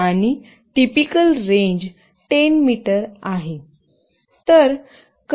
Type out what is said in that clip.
आणि typical range 10 metre आहे